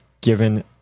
given